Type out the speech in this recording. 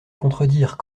contredire